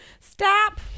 Stop